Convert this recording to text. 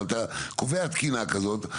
אבל אתה קובע תקינה כזאת,